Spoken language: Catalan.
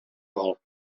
gol